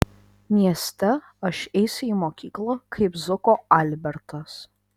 mieste aš eisiu į mokyklą kaip zuko albertas